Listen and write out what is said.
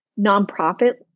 nonprofit